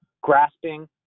grasping